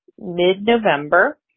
mid-november